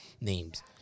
names